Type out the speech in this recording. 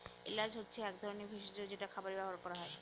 এলাচ হচ্ছে এক ধরনের ভেষজ যেটা খাবারে ব্যবহার করা হয়